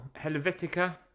Helvetica